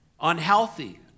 unhealthy